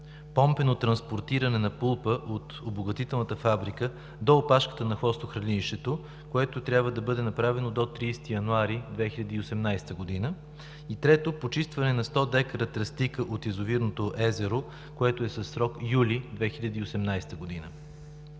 помпено транспортиране на пулпа от обогатителната фабрика до опашката на хвостохранилището, което трябва да бъде направено до 30 януари 2018 г.; трето – почистване на 100 декара тръстика от язовирното езеро, което е със срок юли 2018 г.